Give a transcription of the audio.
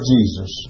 Jesus